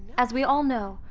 as we all know,